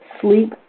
sleep